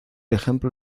ejemplo